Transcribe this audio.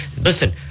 Listen